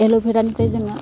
एल'भेरानिफ्राय जोङो